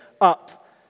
Up